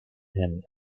and